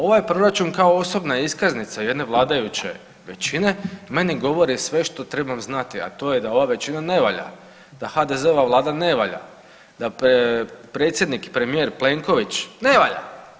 Ovaj proračun je kao osobna iskaznica jedne vladajuće većine meni govori sve što trebam znati, a to je da ova većina ne valja, da HDZ-ova Vlada ne valja, da predsjednik i premijer Plenković ne valja.